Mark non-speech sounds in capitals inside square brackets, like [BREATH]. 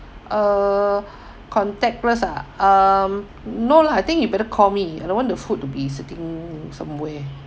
uh [BREATH] contactless ah um no lah I think you better call me I don't want the food to be sitting in somewhere